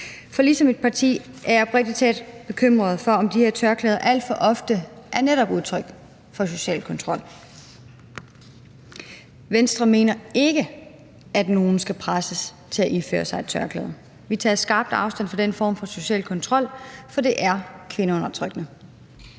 For ligesom mit parti er jeg oprigtig talt bekymret for, om de her tørklæder alt for ofte netop er udtryk for social kontrol. Venstre mener ikke, at nogen skal presses til at iføre sig et tørklæde. Vi tager skarpt afstand fra den form for social kontrol, for det er kvindeundertrykkende.